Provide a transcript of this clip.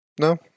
No